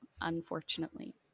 unfortunately